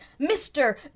Mr